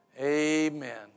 Amen